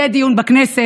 יהיה דיון במליאה,